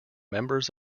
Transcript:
members